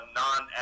non